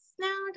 No